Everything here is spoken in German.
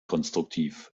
konstruktiv